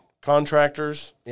contractors